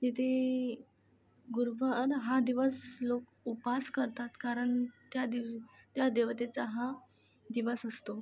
तिथे गुरुवार हा दिवस लोक उपास करतात कारण त्या दिव त्या देवतेचा हा दिवस असतो